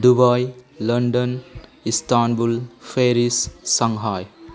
Dubai London Istanbul Paris Shanghai